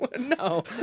No